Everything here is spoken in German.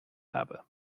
habe